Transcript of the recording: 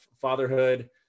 fatherhood